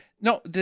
No